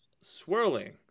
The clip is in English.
swirling